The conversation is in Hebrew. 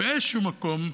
באיזשהו מקום,